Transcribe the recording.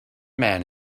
man